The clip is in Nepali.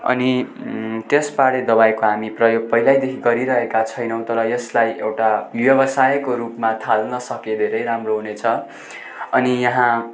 अनि त्यस पाहाडे दवाईको हामी प्रयोग पहिल्यैदेखि गरिरहेका छैनौँ तर यसलाई एउटा व्यवसायको रूपमा थाल्न सके धेरै राम्रो हुनेछ अनि यहाँ